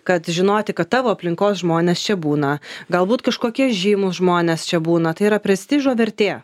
kad žinoti kad tavo aplinkos žmonės čia būna galbūt kažkokie žymūs žmonės čia būna tai yra prestižo vertė